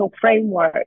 framework